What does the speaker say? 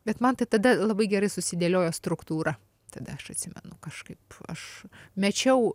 bet man tai tada labai gerai susidėliojo struktūra tada aš atsimenu kažkaip aš mečiau